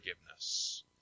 forgiveness